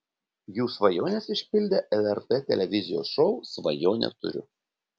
jų svajones išpildė lrt televizijos šou svajonę turiu